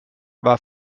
war